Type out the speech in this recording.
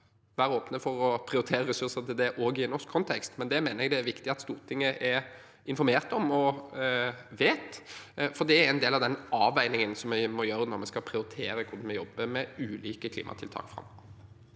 være åpne for å prioritere ressurser til det også i en norsk kontekst, men det mener jeg det er viktig at Stortinget er informert om og vet, for det er en del av den avveiningen vi må gjøre når vi skal prioritere hvordan vi jobber med ulike klimatiltak framover.